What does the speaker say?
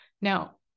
Now